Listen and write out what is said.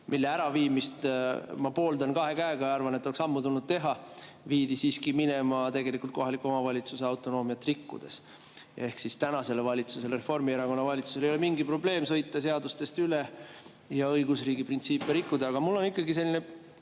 mille äraviimist ma pooldan kahe käega ja arvan, et oleks ammu tulnud teha, viidi siiski minema tegelikult kohaliku omavalitsuse autonoomiat rikkudes. Ehk siis praegusel valitsusel, Reformierakonna valitsusel ei ole mingi probleem sõita seadustest üle ja õigusriigi printsiipe rikkuda. Aga mul on selline